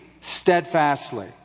steadfastly